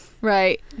Right